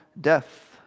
death